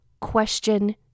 question